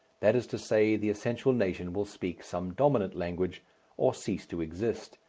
that is to say, the essential nation will speak some dominant language or cease to exist,